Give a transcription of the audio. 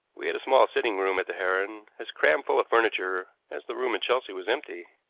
we had a small sitting-room at the heron, as crammed full of furniture as the room in chelsea was empty.